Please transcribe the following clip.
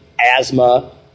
asthma